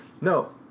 no